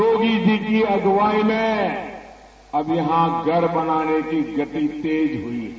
योगी जी की अगुवाई में अब यहां घर बनाने की गति तेज हुई है